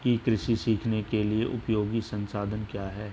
ई कृषि सीखने के लिए उपयोगी संसाधन क्या हैं?